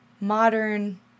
modern